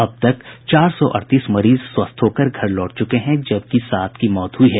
अब तक चार सौ अड़तीस मरीज स्वस्थ होकर घर लौट चुके हैं जबकि सात की मौत हुयी है